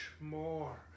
more